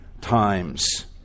times